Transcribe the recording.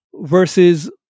versus